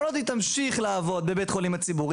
כל עוד היא תמשיך לעבוד בבית חולים ציבורי